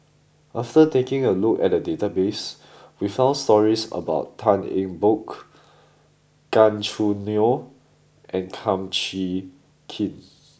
after taking a look at the database we found stories about Tan Eng Bock Gan Choo Neo and Kum Chee Kin